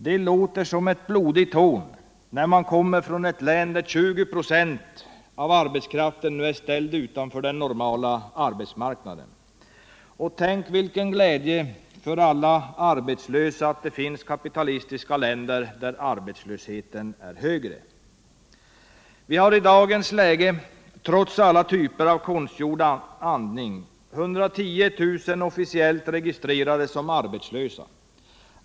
Det låter som ett blodigt hån för den som kommer från ett län där 20 26 av arbetskraften nu är ställd utanför den normala arbetsmarknaden. Och tänk vilken glädje för alla arbetslösa att det finns kapitalistiska länder där arbetslösheten är högre! Vi hari dagens läge, trots alla typer av konstgjord andning, 110 000 officiellt registrerade som arbetslösa.